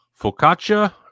focaccia